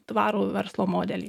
tvarų verslo modelį